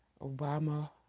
Obama